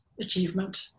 achievement